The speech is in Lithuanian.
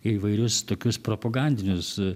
įvairius tokius propagandinius